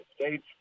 States